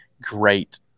great